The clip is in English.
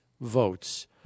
votes